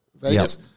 Vegas